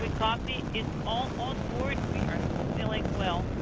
coffee is all onboard. we are feeling well.